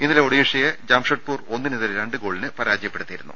ഇന്നലെ ഒഡീഷയെ ജംഷ്ഡ് പൂർ ഒന്നിനെതിരെ രണ്ട് ഗോളുകൾക്ക് പരാജയപ്പെടുത്തിയിരുന്നു